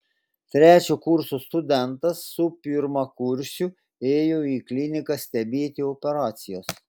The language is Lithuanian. trečio kurso studentas su pirmakursiu ėjo į kliniką stebėti operacijos